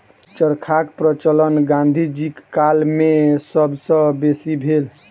चरखाक प्रचलन गाँधी जीक काल मे सब सॅ बेसी भेल